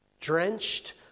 drenched